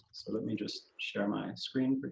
let me just share my screen. but